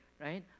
right